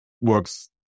works